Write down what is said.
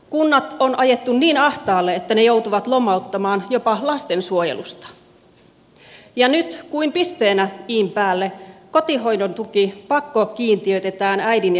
kunnat on ajettu niin ahtaalle että ne joutuvat lomauttamaan jopa lastensuojelusta ja nyt kuin pisteenä in päälle kotihoidon tuki pakkokiintiöitetään äidin ja isän kesken